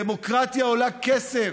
דמוקרטיה עולה כסף,